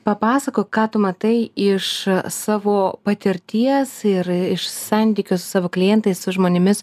papasakok ką tu matai iš savo patirties ir iš santykių su savo klientais su žmonėmis